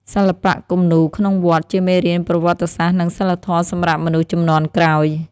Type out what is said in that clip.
សិល្បៈគំនូរក្នុងវត្ត ជាមេរៀនប្រវត្តិសាស្ត្រ និងសីលធម៌សម្រាប់មនុស្សជំនាន់ក្រោយ។